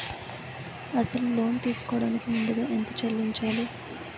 అసలు లోన్ తీసుకోడానికి ముందుగా ఎంత చెల్లించాలి?